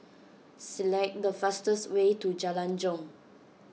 select the fastest way to Jalan Jong